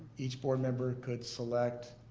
each board member could select